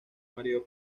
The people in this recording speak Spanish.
marido